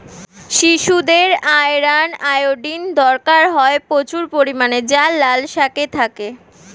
শিশুদের iron, iodine দরকার হয় প্রচুর পরিমাণে যা লাল শাকে থাকে